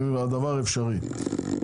הדבר אפשרי.